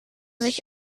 sich